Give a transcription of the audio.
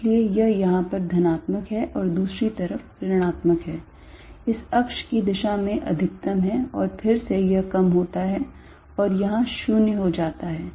इसलिए यह यहाँ पर धनात्मक है और दूसरी तरफ ऋणात्मक है इस अक्ष की दिशा में अधिकतम है और फिर यह कम होता है और यहाँ 0 हो जाता है